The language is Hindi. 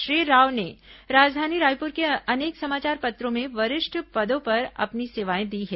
श्री राव ने राजधानी रायपुर के अनेक समाचारों पत्रों में वरिष्ठ पदों पर अपनी सेवाएं दी हैं